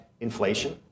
inflation